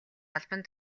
албан